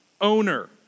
owner